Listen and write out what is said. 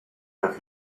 have